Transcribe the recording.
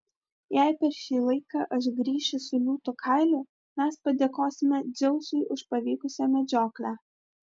jei per šį laiką aš grįšiu su liūto kailiu mes padėkosime dzeusui už pavykusią medžioklę